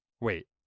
Wait